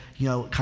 you know,